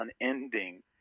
unending